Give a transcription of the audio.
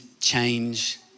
change